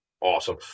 Awesome